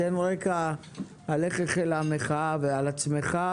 תן רקע על איך החלה המחאה ועל עצמך,